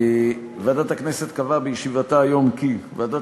ועדת הכנסת קבעה בישיבתה היום כי ועדת